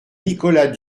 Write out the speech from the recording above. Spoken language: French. nicolas